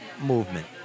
movement